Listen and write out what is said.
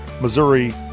Missouri